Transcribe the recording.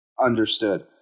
Understood